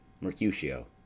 MERCUTIO